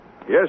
Yes